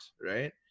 right